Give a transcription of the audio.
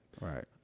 Right